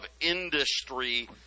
Industry